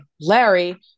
larry